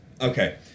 Okay